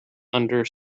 under